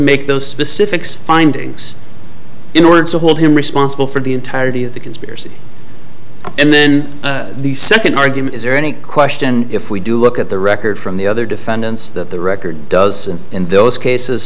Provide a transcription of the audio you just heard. make those specifics findings in order to hold him responsible for the entirety of the conspiracy and then the second argument is there any question if we do look at the record from the other defendants that the record does in those cases